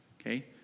okay